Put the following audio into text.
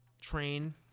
train